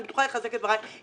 אני בטוחה שהוא יחזק את דבריי,